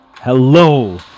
Hello